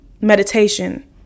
Meditation